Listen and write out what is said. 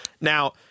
Now